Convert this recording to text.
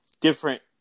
different